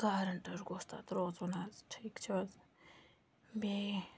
guarantor گوٚژھ تَتھ روزُن حظ ٹھیٖک چھِ حظ بیٚیہِ